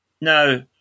Now